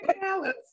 Dallas